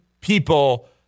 people